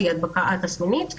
שהיא הדבקה א-תסמינית.